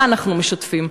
מה אנחנו משתפים.